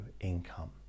income